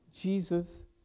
Jesus